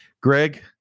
Greg